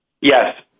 Yes